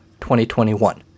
2021